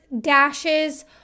dashes